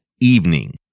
evening